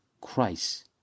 Christ